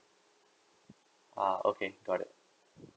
ah okay got it